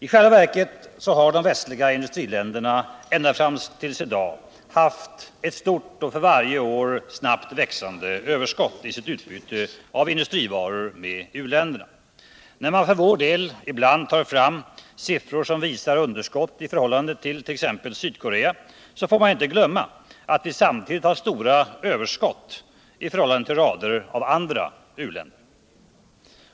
I själva verket har de västliga industriländerna ända fram till i dag haft ett stort och för varje år snabbt växande överskott i sitt utbyte av industrivaror med u-länderna. När man för vår del ibland tar fram siffror, som visar på underskott i förhållande till t.ex. Sydkorea, får man inte glömma att vi samtidigt har stora överskott i förhållande till rader av andra u-länder.